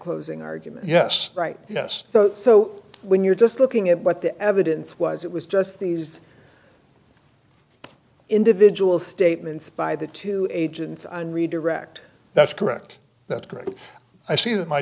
closing argument yes right yes so so when you're just looking at what the evidence was it was just these individual statements by the two agents on redirect that's correct that great i see